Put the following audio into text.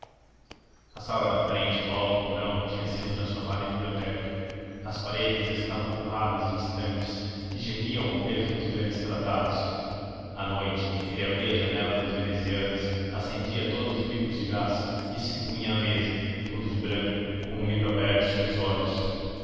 a sala da frente do alto porão tinha sido transformada em biblioteca as paredes estavam forradas de estantes que gemiam ao peso dos grandes tratados à noite ele abria as janelas das venezianas acendia todos os bicos de gás e se punha à mesa todo de branco com um livro aberto sob os olhos